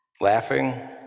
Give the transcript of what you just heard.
laughing